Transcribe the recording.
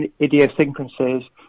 idiosyncrasies